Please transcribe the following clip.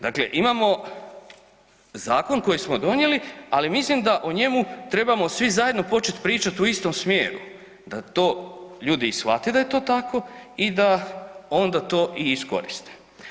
Dakle, imamo zakon koji smo donijeli ali mislim da o njemu trebamo svi zajedno počet pričat u istom smjeru, da to ljudi i shvate da je to tako i da onda to i iskoriste.